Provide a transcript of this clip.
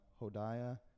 Hodiah